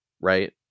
right